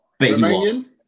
Romanian